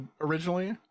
originally